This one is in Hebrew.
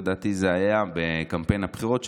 לדעתי זה היה בקמפיין הבחירות,